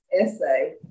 essay